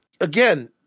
again